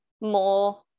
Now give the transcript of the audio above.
more